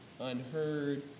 unheard